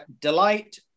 Delight